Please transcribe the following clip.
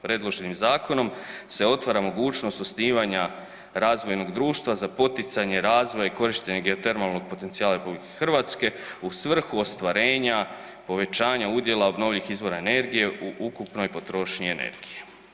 Predloženim zakonom se otvara mogućnost osnivanja razvojnog društva za poticanje razvoja i korištenje geotermalnog potencijala RH u svrhu ostvarenja povećanja udjela obnovljivih izvora energije u ukupnoj potrošnji energije.